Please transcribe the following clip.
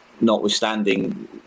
notwithstanding